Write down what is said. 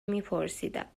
میپرسیدم